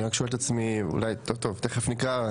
אני שואל את עצמי ותכף נקרא,